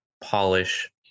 polish